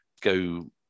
go